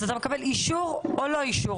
אז מקבל אישור או לא אישור?